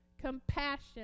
Compassion